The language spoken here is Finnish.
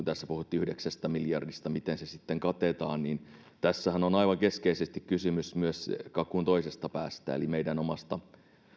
tässä puhuttiin yhdeksästä miljardista miten se katetaan mutta tässähän on aivan keskeisesti kysymys myös kakun toisesta päästä eli meidän oman